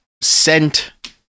sent